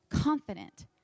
confident